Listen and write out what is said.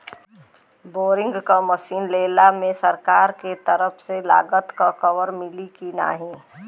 Boring machine लेला मे सरकार के तरफ से लागत कवर मिली की नाही?